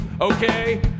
okay